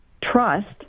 trust